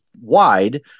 wide